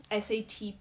SAT